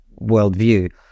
worldview